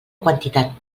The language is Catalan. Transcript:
quantitat